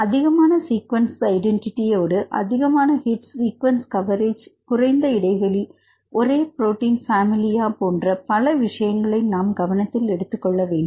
அதிகமான சீக்வென்ஸ்கள் ஐடென்டிட்டி யோடு அதிகமான ஹிட்ஸ் சீக்குவன்ஸ் காவேரேஜ் குறைந்த இடைவெளி ஒரே ப்ரோடீன் பாமிலியா மற்றும் பல விஷயங்களை நாம் கவனத்தில் எடுத்து கொள்ள வேண்டும்